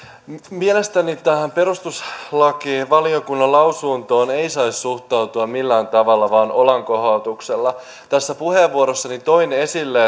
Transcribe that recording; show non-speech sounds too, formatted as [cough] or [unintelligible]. mielestäni tähän perustuslakivaliokunnan lausuntoon ei saisi suhtautua millään tavalla vain olankohautuksella tässä puheenvuorossani toin esille [unintelligible]